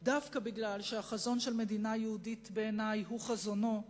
דווקא משום שהחזון של מדינה יהודית בעיני הוא חזונו,